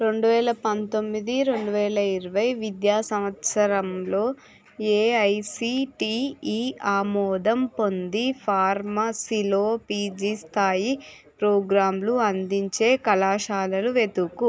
రెండువేల పంతొమ్మిది రెండువేల ఇరవై విద్యా సంవత్సరంలో ఏఐసిటీఈ ఆమోదం పొంది ఫార్మసీలో పీజీ స్థాయి ప్రోగ్రాంలు అందించే కళాశాలలు వెతుకు